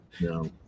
No